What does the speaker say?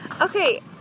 Okay